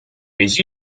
les